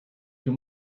too